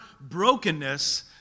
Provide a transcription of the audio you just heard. brokenness